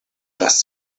das